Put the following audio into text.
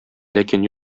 ләкин